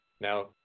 Now